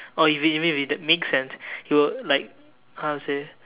or even even if it make sense he will like how to say